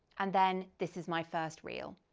and then this is my first reel.